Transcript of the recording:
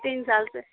تین سال سے